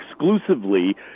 exclusively